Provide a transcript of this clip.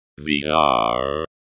VR